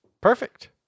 Perfect